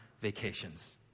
vacations